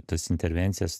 tas intervencijas